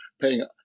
paying